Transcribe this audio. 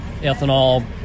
Ethanol